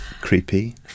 Creepy